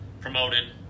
promoted